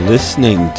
Listening